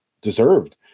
deserved